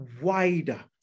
wider